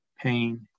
pain